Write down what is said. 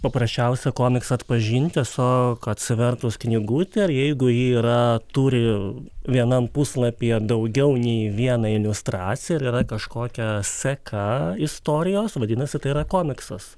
paprasčiausia komiksą atpažint tiesiog atsivertus knygutę ir jeigu ji yra turi vienam puslapyje daugiau nei vieną iliustraciją ir yra kažkokia seka istorijos vadinasi tai yra komiksas